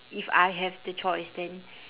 if I have the choice then